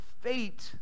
fate